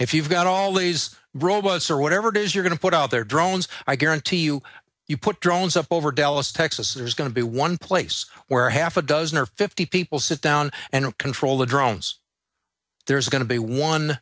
if you've got all these robots or whatever it is you're going to put out there drones i guarantee you you put drones up over dallas texas is going to be one place where half a dozen or fifty people sit down and control the drones there's going to be one